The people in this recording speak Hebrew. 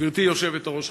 גברתי היושבת-ראש,